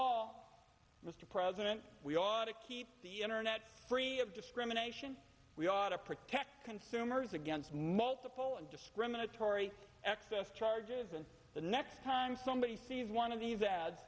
all mr president we ought to keep internet free of discrimination we ought to protect consumers against multiple discriminatory excess charges and the next time somebody sees one of these ads